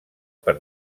per